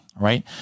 right